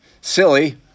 silly